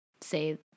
say